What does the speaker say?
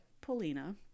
Polina